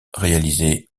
réalisé